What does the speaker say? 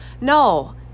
No